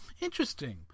Interesting